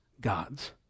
God's